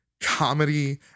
comedy